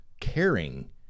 caring